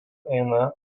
eina